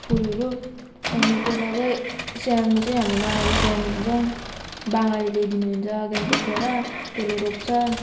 फुलहरू अन्त त्यसलाई चाहिँ स्याहार्नु चाहिँ हाम्रो नानाले स्याहार्नुहुन्छ बाङाले ल्याइदिनु हुन्छ गान्तोकबाट त्यसले रोप्छ